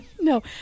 No